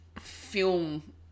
film